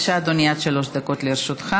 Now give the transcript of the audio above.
בבקשה, אדוני, עד שלוש דקות לרשותך.